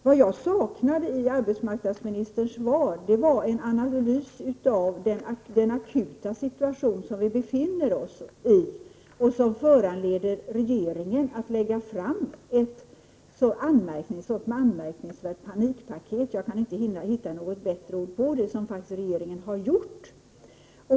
Vad jag saknade i arbetmarknadsministerns svar var en analys av den akuta situation som vi befinner oss i och som föranleder regeringen att lägga fram ett så anmärkningsvärt panikpaket - jag kan inte hitta något bättre ord — som regeringen har gjort.